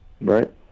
Right